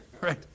Right